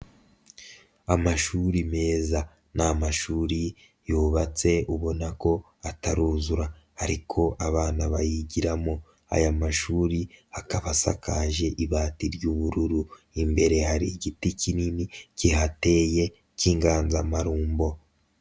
Amashuri meza ni amashuri yubatse ubona ko ataruzura ariko abana bayigiramo, aya mashuri akaba asakaje ibati ry'ubururu, imbere hari igiti kinini cyihateye cy'inganzamarumbo.